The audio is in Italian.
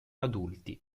adulti